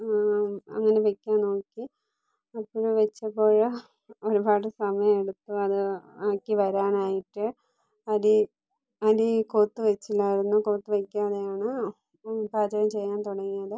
അങ്ങനെ വെയ്ക്കാൻ നോക്കി അപ്പോഴേ വെച്ചപ്പോഴേ ഒരുപാട് സമയം എടുത്തു അത് ആക്കി വരാനായിട്ട് അരി അരി കുതിർത്ത് വെച്ചില്ലായിരുന്നു കുതിർത്ത് വെക്കാതെയാണ് പാചകം ചെയ്യാൻ തുടങ്ങിയത്